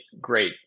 great